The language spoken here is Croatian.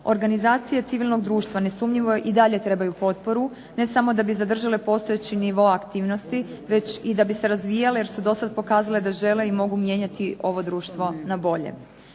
Organizacije civilnog društva nesumnjivo je i dalje trebaju potporu, ne samo da bi zadržale postojeći nivo aktivnosti već i da bi se razvijale jer su dosad pokazale da žele i mogu mijenjati ovo društvo na bolje.